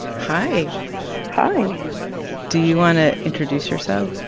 hi hi do you want to introduce yourself?